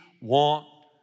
want